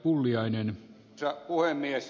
arvoisa puhemies